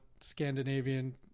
Scandinavian